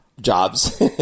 jobs